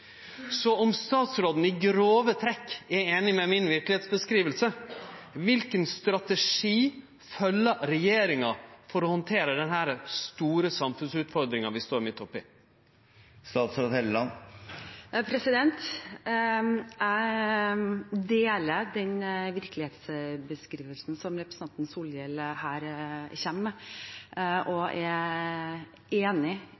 Så om statsråden i grove trekk er einig i verkelegheitsskildringa mi, kva strategi følgjer regjeringa for å handtere denne store samfunnsutfordringa vi står midt oppi? Jeg deler den virkelighetsbeskrivelsen representanten Solhjell her kommer med, og er enig